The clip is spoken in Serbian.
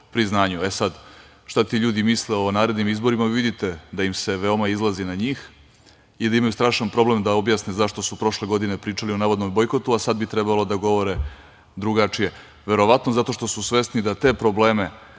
šta ti ljudi misle o narednim izborima, vidite da im se veoma izlazi na njih i da imaju strašan problem da objasne zašto su prošle godine pričali o navodnom bojkotu, a sada bi trebalo da govore drugačije. Verovatno zato što su svesni da te probleme